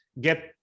get